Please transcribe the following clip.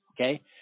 Okay